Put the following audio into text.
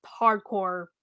hardcore